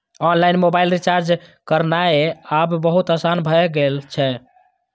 online mobile recharge करनाय आब बहुत आसान भए गेल छै